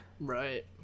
Right